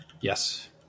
Yes